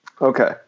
Okay